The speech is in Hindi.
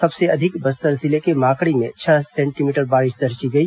सबसे अधिक बस्तर जिले के माकड़ी में छह सेंटीमीटर बारिश दर्ज की गई